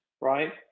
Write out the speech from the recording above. right